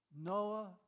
Noah